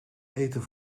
eten